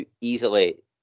easily